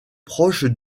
proches